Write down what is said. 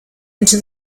into